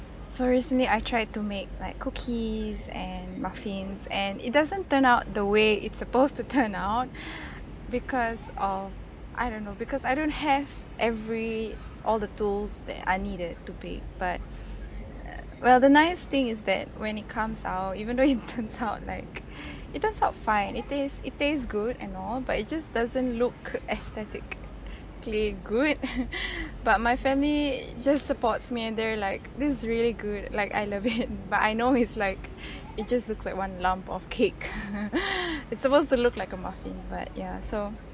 so recently I tried to make like cookies and muffins and it doesn't turn out the way it supposed to turn out because of I don't know because I don't have every all the tools that I needed to bake but well the nice thing is that when it comes out even though it turns out like it turns out fine it tastes it tastes good and all but it just doesn't look aesthetically good but my family just supports me and they're like this really good like I love it but I know it's like it just looks like one lump of cake it supposed to look like a muffin but ya so